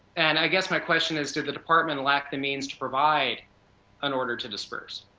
and i guess my question is, to the department lacks the means to provide an order to disperse?